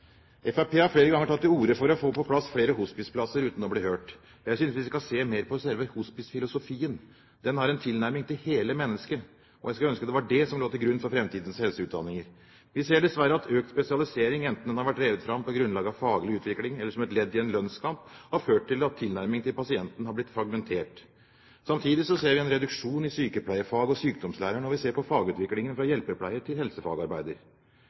har flere ganger tatt til orde for å få på plass flere hospiceplasser, uten å bli hørt. Jeg synes vi skal se mer på selve hospicefilosofien. Den har en tilnærming til hele mennesket. Jeg skulle ønske at det var det som lå til grunn for framtidens helseutdanninger. Vi ser dessverre at økt spesialisering, enten den har vært drevet fram på grunnlag av faglig utvikling eller som et ledd i en lønnskamp, har ført til at tilnærmingen til pasienten har blitt fragmentert. Samtidig ser vi en reduksjon i sykepleiefag og sykdomslære når vi ser på fagutvikling fra hjelpepleier til helsefagarbeider.